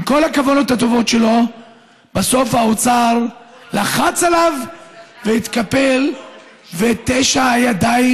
בסוף האוצר לחץ עליו והתקפל ותשע הידיים